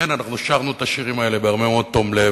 כן, אנחנו שרנו את השירים האלה בהרבה מאוד תום לב,